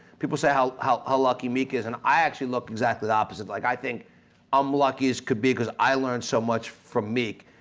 people say how how ah lucky meek is and i actually look exactly the opposite like i think i'm lucky as could be because i learned so much from meek,